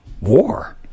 war